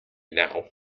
now